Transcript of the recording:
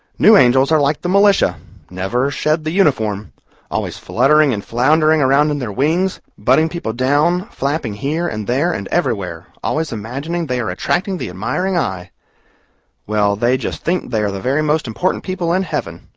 new angels are like the militia never shed the uniform always fluttering and floundering around in their wings, butting people down, flapping here, and there, and everywhere, always imagining they are attracting the admiring eye well, they just think they are the very most important people in heaven.